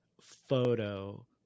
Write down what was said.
photo